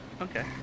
Okay